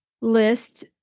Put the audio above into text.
list